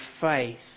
faith